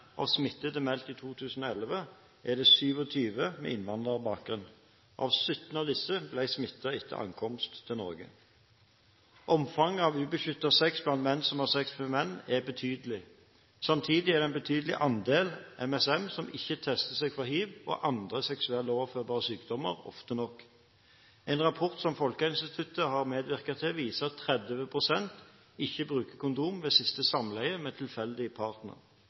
av smittede meldt i 2011 er det 27 med innvandrerbakgrunn. 17 av disse ble smittet etter ankomst til Norge. Omfanget av ubeskyttet sex blant menn som har sex med menn, er betydelig. Samtidig er det en betydelig andel MSM som ikke tester seg for hiv og andre seksuelt overførbare sykdommer ofte nok. En rapport som Folkehelseinstituttet har medvirket til, viser at 30 pst. ikke brukte kondom ved siste samleie